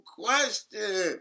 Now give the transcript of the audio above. question